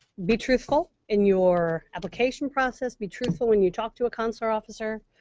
be truthful in your application process. be truthful when you talk to a consular officer